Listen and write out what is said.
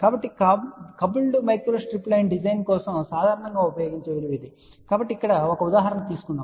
కాబట్టి coupled microstrip line design కోసం సాధారణంగా ఉపయోగించే విలువ ఇది కాబట్టి ఇప్పుడే ఒక ఉదాహరణ తీసుకుందాం